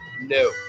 No